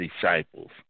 disciples